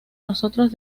nosotros